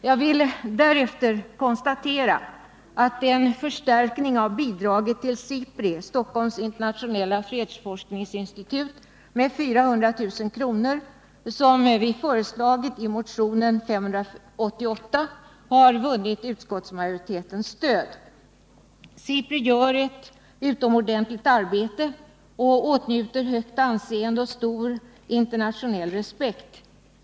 Jag kan också konstatera att den förstärkning av bidraget till SIPRI, 109 Stockholms internationella fredsforskningsinstitut, med 400 000 kr. som vi föreslagit i motionen 588 har vunnit utskottsmajoritetens stöd. SIPRI gör ett utomordentligt arbete och åtnjuter högt anseende och stor internationell respekt.